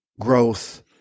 growth